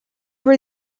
were